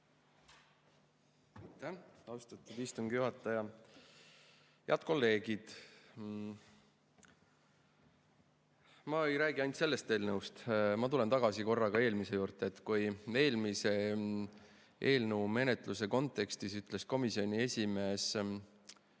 Head kolleegid! Ma ei räägi ainult sellest eelnõust, ma tulen korra tagasi ka eelmise juurde. Kui eelmise eelnõu menetluse kontekstis ütles komisjoni esimees